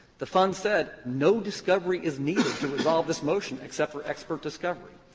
the fund said no discovery is needed to resolve this motion except for expert discovery.